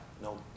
no